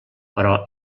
però